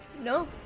No